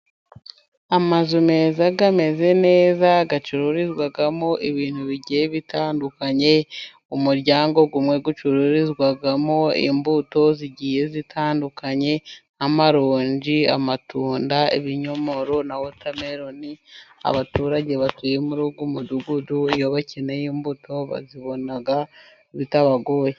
Amazu meza ameze neza, acururizwamo ibintu bigiye bitandukanye, umuryango ucururizwamo imbuto zigiye zitandukanye nk'amarunji, amatunda, ibinyomoro na wotameroni. Abaturage batuye muri uwo umudugudu iyo bakeneye imbuto bazibona bitabagoye.